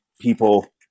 people